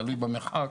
תלוי במרחק.